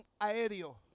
aéreo